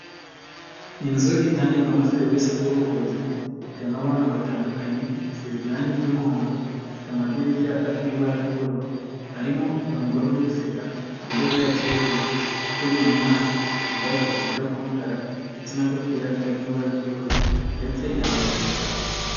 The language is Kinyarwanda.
Inzu itangirwamo serivisi z'ubuvuzi, yicayemo abantu batandukanye. Isize irangi ry'umuhondo, ifite amadirishya arimo ibara ry'ubururu. Harimo umugore uri guseka, wambaye ishati y'ubururu, uteruye umwana, wambaye agakabutura k'umukara ndetse n'agapira karimo ibara ry'ubururu ndetse yambaye ingofero.